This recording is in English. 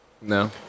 No